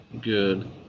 good